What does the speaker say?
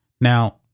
Now